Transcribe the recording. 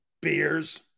beers